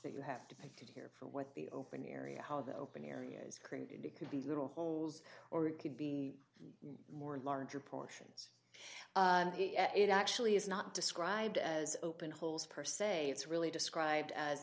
that you have to do here for what the open area how the open areas created because these little holes or it could be more larger portions it actually is not described as open holes per se it's really described as